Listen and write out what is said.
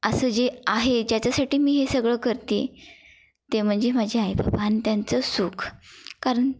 असं जे आहे ज्याच्यासाठी मी हे सगळं करते ते म्हणजे माझे आई बाबा आणि त्यांचं सुख कारण